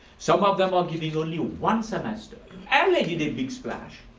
some of them are giving only one semester and making a big splash.